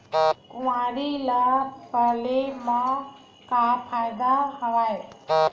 कुकरी ल पाले म का फ़ायदा हवय?